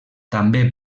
també